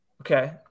Okay